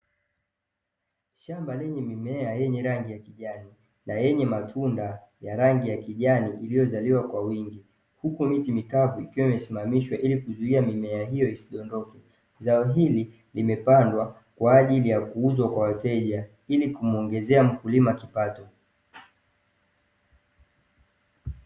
Shamba lenye mimea yenye rangi ya kijani na yenye matunda ya rangi ya kijani iliyozaliwa kwa wingi, huku miti mikavu imesimamishwa ili kuzuia mimea hiyo ili isidondoke. Zao hili limepandwa kwa ajili ya kuuzwa kwa wateja ili kumuongezea mkulima kipato.